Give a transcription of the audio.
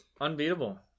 unbeatable